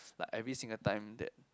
like every single time that